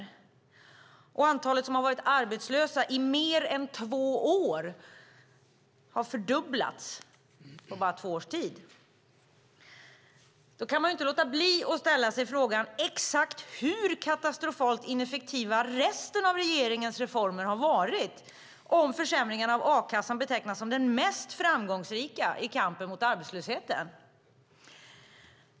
Antalet personer som har varit arbetslösa i mer än två år har fördubblats på bara två års tid. Då kan man inte låta bli att ställa sig frågan exakt hur katastrofalt ineffektiva resten av regeringens reformer har varit om nu försämringen av a-kassan betecknas som den mest framgångsrika i kampen mot arbetslösheten.